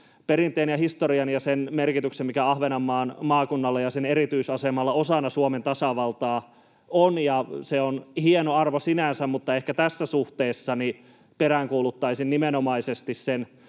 perinteen ja historian ja sen merkityksen, mikä Ahvenanmaan maakunnalla ja sen erityisasemalla osana Suomen tasavaltaa on, ja se on hieno arvo sinänsä. Mutta ehkä tässä suhteessa peräänkuuluttaisin nimenomaisesti sen